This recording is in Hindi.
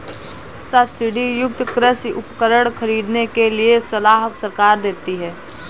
सब्सिडी युक्त कृषि उपकरण खरीदने के लिए सलाह सरकार देती है